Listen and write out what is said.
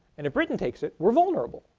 and if britain takes it, we're vulnerable.